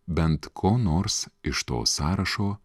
bent ko nors iš to sąrašo